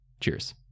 Cheers